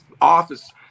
office